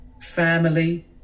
family